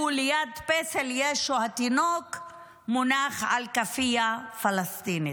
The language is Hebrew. ליד פסל ישו התינוק מונח על כאפיה פלסטינית.